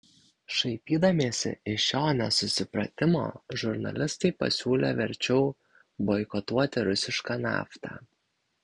šaipydamiesi iš šio nesusipratimo žurnalistai pasiūlė verčiau boikotuoti rusišką naftą